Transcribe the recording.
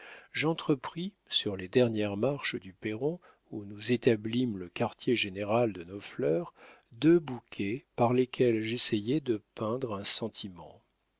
j'entrepris sur les dernières marches du perron où nous établîmes le quartier-général de nos fleurs deux bouquets par lesquels j'essayai de peindre un sentiment